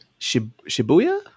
Shibuya